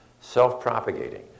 self-propagating